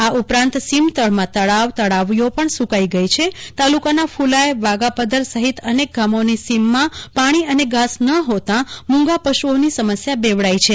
આ ઉપરાંત સીમતળમાં તળાવ તળાવડીઓ પણ સુકાઈ રહ્યા છેતાલુકાના ફુલાય વાઘાપદ્વર સહિત અનેક ગામોની સીમમાં પાણી અને ઘાસ ન હોતાં મૂંગા પશુઓની સમસ્યા બેવડાઈ છે